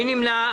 מי נמנע?